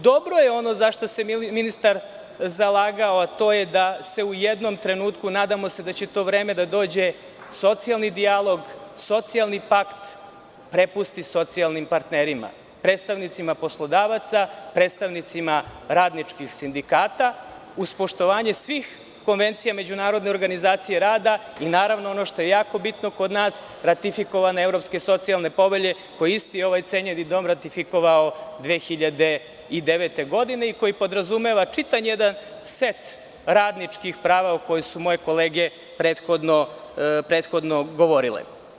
Dobro je ono za šta se ministar zalagao, a to je da se u jednom trenutku, nadamo se da će to vreme da dođe, socijalni dijalog, socijalni pakt prepusti socijalnim partnerima, predstavnicima poslodavaca, predstavnicima radničkih sindikata, uz poštovanje svih konvencija Međunarodne organizacije rada i, naravno, ono što je jako bitno kod nas ratifikovane Evropske socijalne povelje, koji je isti ovaj cenjeni dom ratifikovao 2009. godine, i koji podrazumeva čitav jedan set radničkih prava o kojima su moje kolege prethodno govorile.